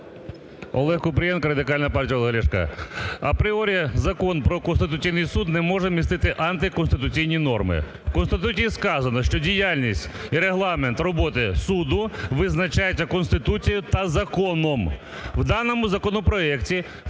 Олег Купрієнко, Радикальна партія Олега Ляшка. Апріорі Закон про Конституційний Суд не може містити антиконституційні норми. В Конституції сказано, що діяльність і регламент роботи суду визначається Конституцією та законом. В даному законопроекті вказано